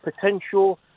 potential